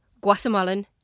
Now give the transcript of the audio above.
Guatemalan